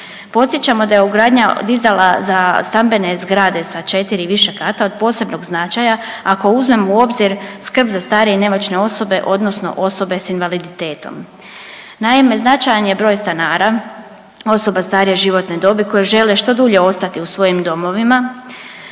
Podsjećamo da je ugradanja dizala za stambene zgrade sa četiri i više kata od posebnog značaja ako uzmemo u obzir skrb za starije i nemoćne osobe odnosno osobe s invaliditetom. Naime, značajan je broj stanara osoba starije životne dobi koji žele što dulje ostati u svojim domovima